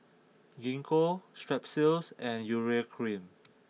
Gingko Strepsils and Urea cream